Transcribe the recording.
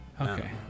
Okay